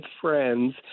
friends